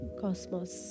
cosmos